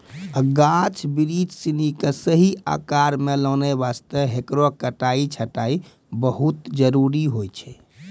गाछ बिरिछ सिनि कॅ सही आकार मॅ लानै वास्तॅ हेकरो कटाई छंटाई बहुत जरूरी होय छै